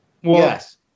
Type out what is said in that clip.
Yes